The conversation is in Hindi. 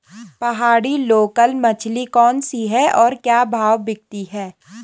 पहाड़ी लोकल मछली कौन सी है और क्या भाव बिकती है?